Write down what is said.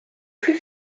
plus